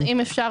אם אפשר,